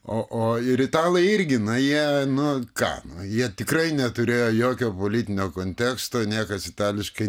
o o ir italai irgi na jie nu ką jie tikrai neturėjo jokio politinio konteksto niekas itališkai